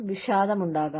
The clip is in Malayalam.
വിഷാദം ഉണ്ടാകാം